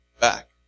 back